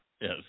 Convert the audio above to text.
Yes